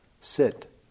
Sit